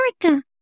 America